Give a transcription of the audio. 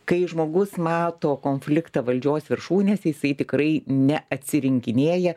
kai žmogus mato konfliktą valdžios viršūnėse jisai tikrai ne atsirinkinėja